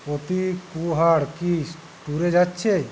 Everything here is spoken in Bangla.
প্রতীক কুহাড় কি ট্যুরে যাচ্ছে